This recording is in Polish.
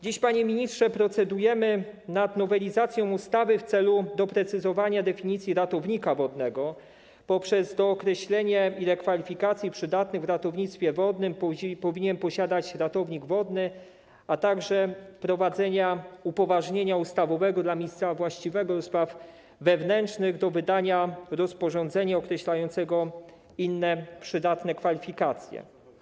Dziś, panie ministrze, procedujemy nad nowelizacją ustawy w celu doprecyzowania definicji ratownika wodnego poprzez dookreślenie, ile innych kwalifikacji przydatnych w ratownictwie wodnym powinien posiadać ratownik wodny, a także wprowadzenia upoważnienia ustawowego dla ministra właściwego do spraw wewnętrznych do wydania rozporządzenia określającego inne przydatne kwalifikacje.